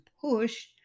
push